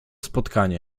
spotkanie